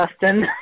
Justin